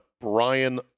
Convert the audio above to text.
Brian